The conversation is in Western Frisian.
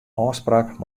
ôfspraak